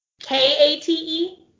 k-a-t-e